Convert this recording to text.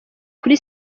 kuri